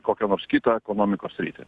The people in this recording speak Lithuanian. kokią nors kitą ekonomikos sritį